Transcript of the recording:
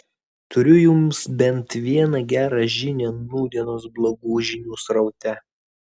turiu jums bent vieną gerą žinią nūdienos blogų žinių sraute